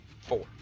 Four